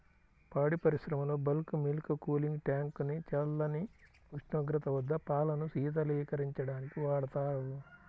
పాడి పరిశ్రమలో bulk milk cooling tank ని చల్లని ఉష్ణోగ్రత వద్ద పాలను శీతలీకరించడానికి వాడతారు